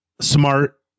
Smart